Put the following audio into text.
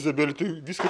izabelė tai viską